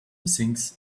thinks